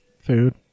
Food